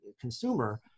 consumer